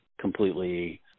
completely